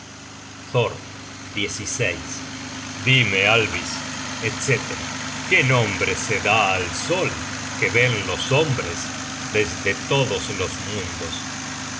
generated at dime alvis etc qué nombre se da al sol que ven los hombres desde todos los mundos